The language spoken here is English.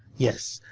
yes,